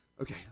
Okay